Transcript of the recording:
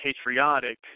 patriotic